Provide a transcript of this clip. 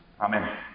Amen